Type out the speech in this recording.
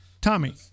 Tommy